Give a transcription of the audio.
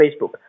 Facebook